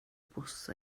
bws